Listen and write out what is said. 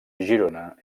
girona